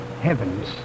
Heavens